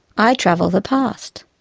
i travel the past.